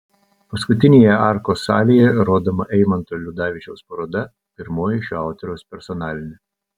paskutinėje arkos salėje rodoma eimanto ludavičiaus paroda pirmoji šio autoriaus personalinė